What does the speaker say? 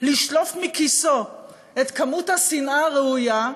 לשלוף מכיסו את כמות השנאה הראויה,